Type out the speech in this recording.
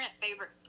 favorite